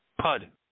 Pud